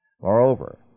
Moreover